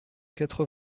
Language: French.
quatre